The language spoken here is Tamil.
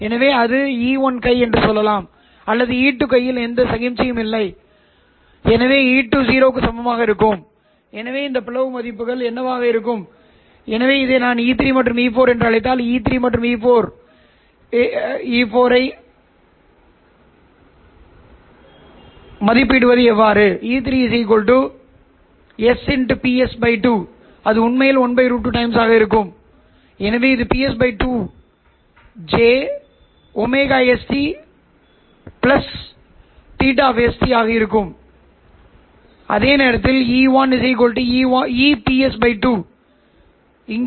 எனவே ωsωLO மூன்றாவது சொல் வெறுமனே R2 √PsPLOacosθsஆக மாறும் எனவே நீங்கள் புகைப்பட மின்னோட்டத்தைப் பெறுவீர்கள் நிச்சயமாக நான் dc பகுதியை புறக்கணித்தால் நான் இங்கே dc பகுதியை புறக்கணித்தேன் நேரம் மாறுபடும் கூறு வழங்கப்படுகிறது பயனுள்ள மறுமொழியின் புதிய மதிப்பின் மூலம் எளிய ஒளிக்கதிர் R இன் மறுமொழியைக் கொண்டிருப்பதை நீங்கள் அறிவீர்கள் இது R2 √PsPLO இன் பயனுள்ள புகைப்பட மறுமொழியைக் கொண்டுள்ளது மேலும் Ps PLO மிகப் பெரியதாக இருக்கும் பொதுவாக மிகப் பெரியதாக தேர்ந்தெடுக்கப்பட்டிருக்கும் இதனால் பயனுள்ள R நீங்கள் பெறும் எளிய R ஐ விட மிகப் பெரியது